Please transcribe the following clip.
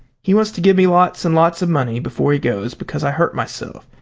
he wants to give me lots and lots of money before he goes, because i hurt myself,